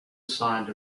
signed